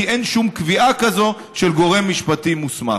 כי אין שום קביעה כזו של גורם משפטי מוסמך.